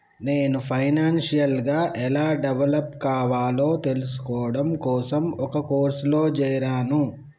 నేను ఫైనాన్షియల్ గా ఎలా డెవలప్ కావాలో తెల్సుకోడం కోసం ఒక కోర్సులో జేరాను